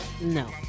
No